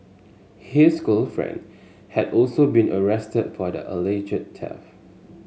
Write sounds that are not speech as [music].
his girlfriend had also been arrested for the alleged [unintelligible]